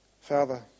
Father